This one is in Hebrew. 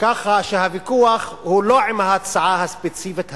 כך שהוויכוח הוא לא עם ההצעה הספציפית הזאת,